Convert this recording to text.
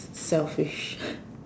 selfish